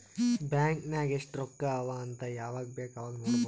bank ನಾಗ್ ಎಸ್ಟ್ ರೊಕ್ಕಾ ಅವಾ ಅಂತ್ ಯವಾಗ ಬೇಕ್ ಅವಾಗ ನೋಡಬೋದ್